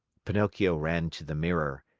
pinocchio ran to the mirror.